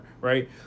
right